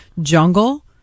jungle